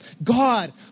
God